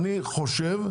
לדעתי,